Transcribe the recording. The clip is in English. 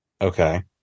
Okay